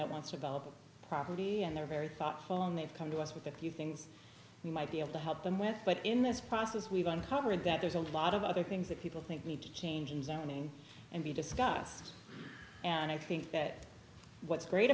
that wants a valuable property and they're very thoughtful and they've come to us with a few things we might be able to help them with but in this process we've uncovered that there's a lot of other things that people think need to change in zoning and be discussed and i think that what's great